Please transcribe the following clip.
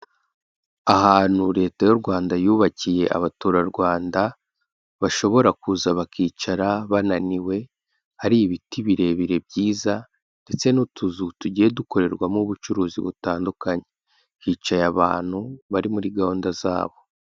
Ahantu Leta y'u Rwanda yubakiye Abaturarwanda, bashobora kuza bakicara bananiwe, hari ibiti birebire byiza ndetse n'utuzu tugiye dukorerwamo ubucuruzi butandukanye. Hicaye abantu bari muri gahunda zabo.